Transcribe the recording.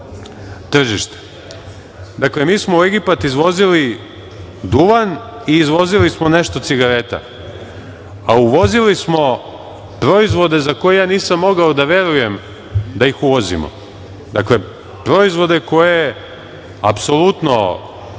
tržište. Dakle, mi smo u Egipat izvozili duvan i izvozili smo nešto cigareta, a uvozili smo proizvode za koje ja nisam mogao da verujem da ih uvozimo, dakle, proizvode koje apsolutno